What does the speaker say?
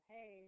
Hey